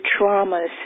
traumas